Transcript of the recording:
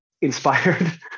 inspired